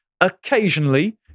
occasionally